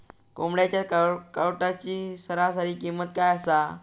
कोंबड्यांच्या कावटाची सरासरी किंमत काय असा?